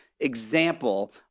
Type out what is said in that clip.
example